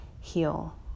heal